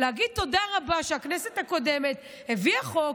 להגיד תודה רבה שהכנסת הקודמת הביאה החוק,